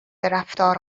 رفتار